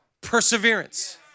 perseverance